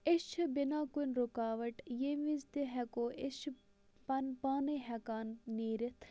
أسۍ چھِ بِنا کُنہِ رُکاوَٹ یمہِ وِز تہِ ہیٚکو أسۍ چھِ پَنُن پانے ہیٚکان نیٖرِتھ